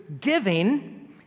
giving